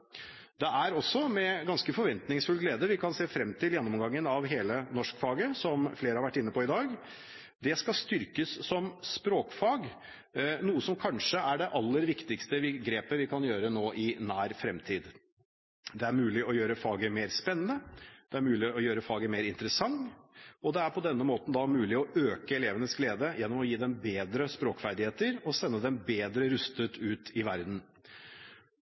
Det er også med ganske forventningsfull glede vi kan se frem til gjennomgangen av hele norskfaget, som flere har vært inne på i dag. Det skal styrkes som språkfag, noe som kanskje er det aller viktigste grepet vi kan gjøre nå i nær fremtid. Det er mulig å gjøre faget mer spennende, det er mulig å gjøre faget mer interessant, og det er på denne måten mulig å øke elevenes glede gjennom å gi dem bedre språkferdigheter og sende dem bedre rustet ut i verden.